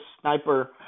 sniper